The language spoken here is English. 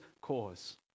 cause